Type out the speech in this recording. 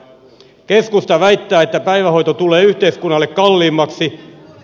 keskusta väittää että päivähoito tulee yhteiskunnalle kalliimmaksi